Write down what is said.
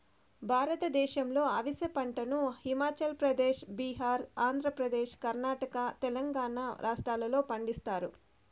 భారతదేశంలో అవిసె పంటను హిమాచల్ ప్రదేశ్, బీహార్, ఆంధ్రప్రదేశ్, కర్ణాటక, తెలంగాణ రాష్ట్రాలలో పండిస్తారు